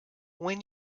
when